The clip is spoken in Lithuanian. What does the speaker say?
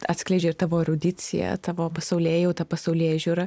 atskleidžia ir tavo erudiciją tavo pasaulėjautą pasaulėžiūrą